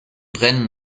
brennen